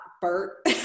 Bert